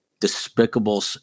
Despicable